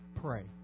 pray